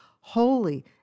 holy